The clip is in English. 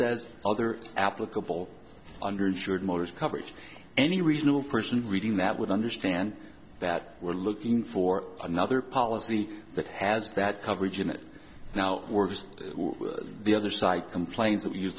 says other applicable under insured motors coverage any reasonable person reading that would understand that we're looking for another policy that has that coverage and it now works the other side complain